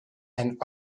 and